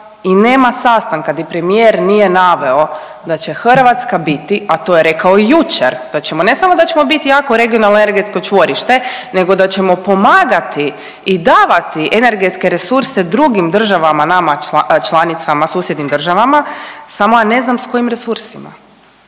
i nema sastanka gdje premijer nije naveo da će Hrvatska biti, a to je rekao i jučer, da ćemo, ne samo da ćemo biti jako regionalno energetsko čvorište nego da ćemo pomagati i davati energetske resurse drugim državama, nama članicama susjednim državama, samo ja ne znam s kojim resursima.